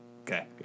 Okay